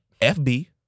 FB